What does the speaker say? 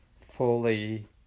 fully